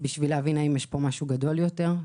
כדי להבין האם יש משהו גדול יותר.